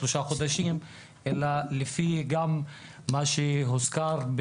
שלושה חודשים אלא לפי גם מה שהוזכר,